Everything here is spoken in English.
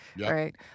right